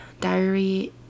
diary